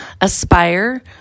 Aspire